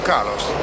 Carlos